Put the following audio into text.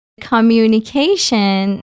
Communication